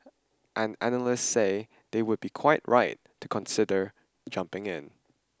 and analysts say they would be quite right to consider jumping in